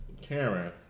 Karen